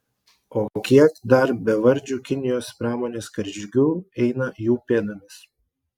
o kiek dar bevardžių kinijos pramonės karžygių eina jų pėdomis